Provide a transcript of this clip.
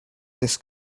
this